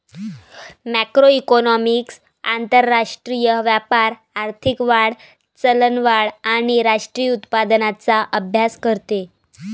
macroeconomics आंतरराष्ट्रीय व्यापार, आर्थिक वाढ, चलनवाढ आणि राष्ट्रीय उत्पन्नाचा अभ्यास करते